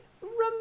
remember